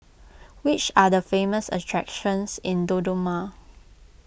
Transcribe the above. which are the famous attractions in Dodoma